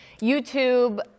YouTube